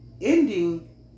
ending